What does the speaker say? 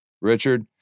Richard